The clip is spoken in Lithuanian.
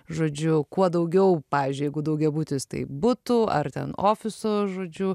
žodžiu kuo daugiau pavyzdžiui jeigu daugiabutis tai būtų ar ten ofiso žodžiu